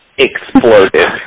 exploded